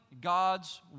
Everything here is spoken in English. God's